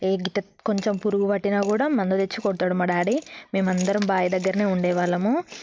హే గిట్ల కొంచెం పురుగు పట్టినా కూడా మందు తెచ్చుకుంటాడు మా డాడీ మేము అందరము బావి దగ్గరనే ఉండే వాళ్ళము